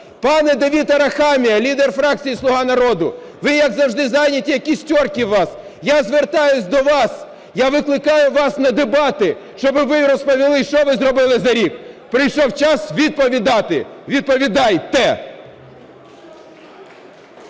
пане Давид Арахамія, лідер фракції "Слуга народу", ви як завжди зайняті, якісь "терки" у вас, я звертаюсь до вас – я викликаю вас на дебати, щоб ви розповіли, що ви зробили за рік. Прийшов час відповідати – відповідайте.